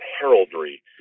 heraldry